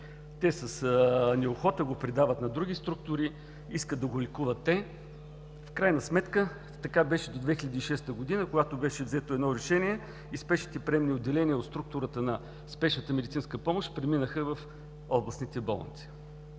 С неохота го предават на други структури, искат да го лекуват те. В крайна сметка така беше до 2006 г., когато беше взето решение и спешните приемни отделения от структурата на спешната медицинска помощ преминаха в областните болници.